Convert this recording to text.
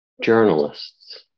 Journalists